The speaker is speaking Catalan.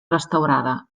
restaurada